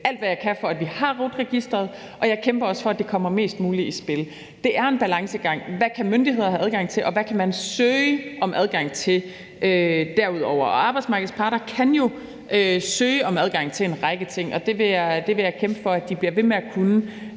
alt, hvad jeg kan, for, at vi har RUT-registeret, og jeg kæmper også for, at det kommer mest muligt i spil. Det er en balancegang: Hvad kan myndighederne have adgang til, og hvad kan man søge om adgang til derudover? Arbejdsmarkedets parter kan jo søge om adgang til en række ting, og det vil jeg kæmpe for at de bliver ved med at kunne.